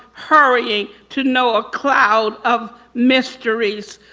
hurrying to know a cloud of mysteries,